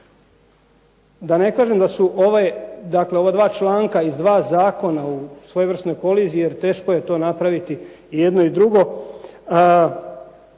Da ne kažem da su ove, dakle ova 2 članka iz 2 zakona u svojevrsnoj koliziji jer teško je to napraviti i jedno i drugo,